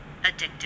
addicted